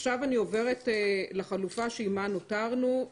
עכשיו אני עוברת לחלופה שעימה נותרנו,